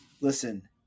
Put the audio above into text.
listen